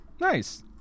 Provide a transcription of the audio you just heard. Nice